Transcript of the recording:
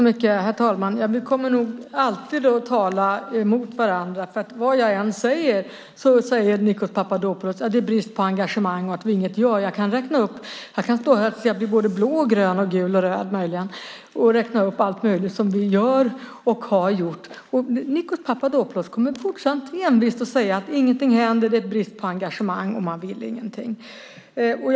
Herr talman! Vi kommer nog alltid att tala emot varandra, för vad jag än säger så säger Nikos Papadopoulos att det är brist på engagemang och att vi inget gör. Jag kan stå här tills jag blir blå, grön, gul och röd och räkna upp allt möjligt som vi gör och har gjort, och Nikos Papadopoulos kommer fortsatt envist att säga att ingenting händer, att det är brist på engagemang och att man ingenting vill.